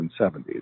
1970s